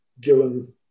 given